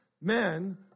men